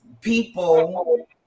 people